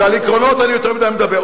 שעל עקרונות אני יותר מדי מדבר.